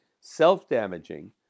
self-damaging